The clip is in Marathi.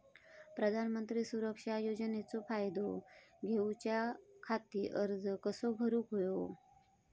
प्रधानमंत्री सुरक्षा योजनेचो फायदो घेऊच्या खाती अर्ज कसो भरुक होयो?